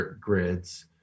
grids